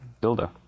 builder